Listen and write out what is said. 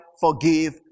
forgive